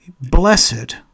Blessed